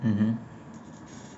mmhmm